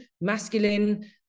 masculine